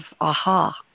aha